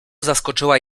zaskoczyła